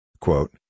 Quote